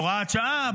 הוראת שעה,